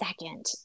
second